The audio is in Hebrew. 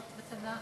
אדוני היושב-ראש.